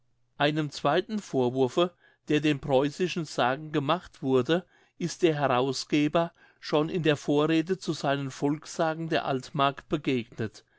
einem zweiten vorwurfe der den preußischen sagen gemacht wurde ist der herausgeber schon in der vorrede zu seinen volkssagen der altmark begegnet